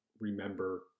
remember